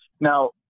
now